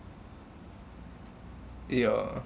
your